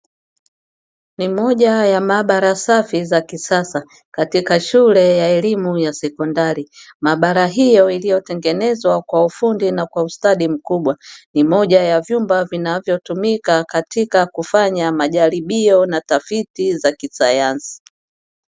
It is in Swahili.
Ni moja ya maabara safi za kisasa katika shule ya elimu ya sekondari, maabara hiyo iliyotengenezwa kwa ufundi na kwa ustadi mkubwa ni moja ya vyumba vinavyotumika katika kufanya majaribio na tafiti za kisayansi.